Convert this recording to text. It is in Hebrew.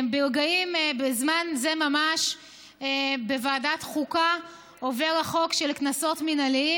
בזמן זה ממש בוועדת חוקה עובר החוק של קנסות מינהליים,